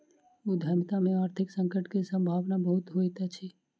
उद्यमिता में आर्थिक संकट के सम्भावना बहुत होइत अछि